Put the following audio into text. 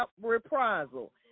reprisal